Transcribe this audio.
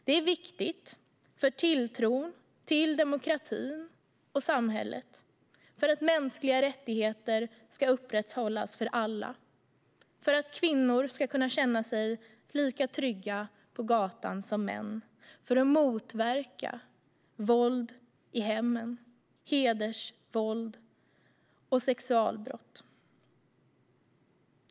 Det är viktigt för tilltron till demokratin och samhället, för att mänskliga rättigheter ska upprätthållas för alla, för att kvinnor ska kunna känna sig lika trygga på gatan som män och för att motverka våld i hemmen, hedersvåld och sexualbrott.